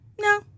No